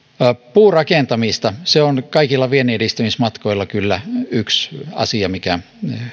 puurakentaminen se on kaikilla vienninedistämismatkoilla kyllä yksi asia mikä